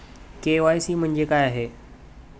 KYC म्हणजे काय आहे?